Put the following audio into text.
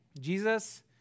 Jesus